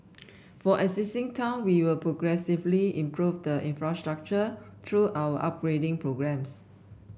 for existing town we will progressively improve the infrastructure through our upgrading programmes